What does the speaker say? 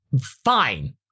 fine